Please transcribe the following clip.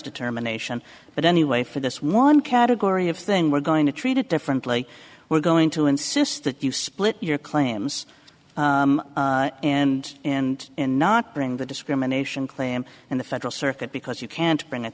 determination but anyway for this one category of thing we're going to treat it differently we're going to insist that you split your claims and and not bring the discrimination claim in the federal circuit because you can't bring